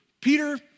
Peter